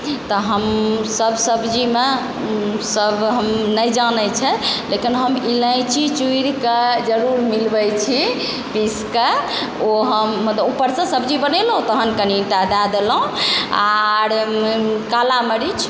तऽ हम सब सब्जिमे सब हम नहि जानै छै लेकिन हम इलाइची चुरि कऽ जरुर मिलबै छी पीसकऽ ओ हम मतलब ऊपरसँ सब्जी बनेलहुँ तहन कनिटा दए देलहुँ आओर काला मरीच